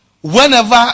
Whenever